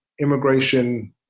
immigration